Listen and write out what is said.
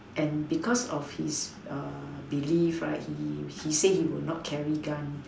and because of his err belief right he he say he will not carry gun